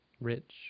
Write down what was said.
rich